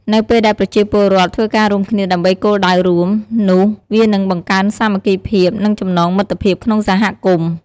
នៅពេលដែលប្រជាពលរដ្ឋ ធ្វើការរួមគ្នាដើម្បីគោលដៅរួម នោះវានឹងបង្កើនសាមគ្គីភាព និងចំណងមិត្តភាពក្នុងសហគមន៍។